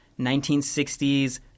1960s